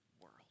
world